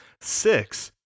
six